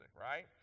right